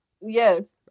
Yes